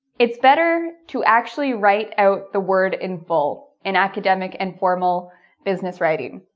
it's better to actually write out the word in full in academic and formal business writing.